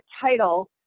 title